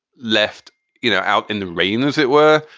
left you know out in the rain, as it were,